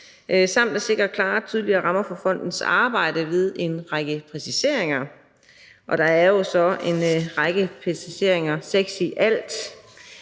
samt at sikre klare og tydelige rammer for fondens arbejde ved en række præciseringer. Der er så en række præciseringer, seks i alt: